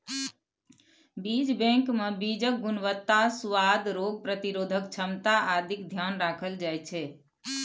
बीज बैंकमे बीजक गुणवत्ता, सुआद, रोग प्रतिरोधक क्षमता आदिक ध्यान राखल जाइत छै